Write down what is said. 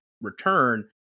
return